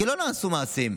כי לא נעשו מעשים.